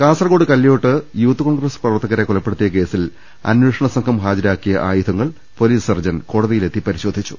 Kasaragod Kalliyot Youth Congress പ്രവർത്തകരെ കൊല പ്പെടുത്തിയ കേസിൽ അന്വേഷണ സംഘം ഹാജരാക്കിയ ആയുധങ്ങൾ പോലീസ് സർജൻ കോടതിയിലെത്തി പരിശോധിച്ചു